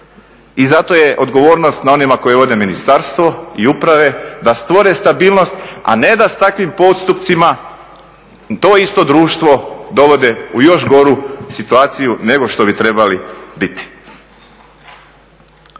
I zato je odgovornost na onima koji vode ministarstvo i uprave da stvore stabilnost a ne da s takvim postupcima to isto društvo dovode u još goru situaciju nego što bi trebali biti.